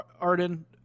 Arden